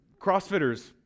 Crossfitters